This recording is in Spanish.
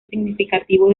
significativo